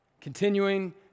continuing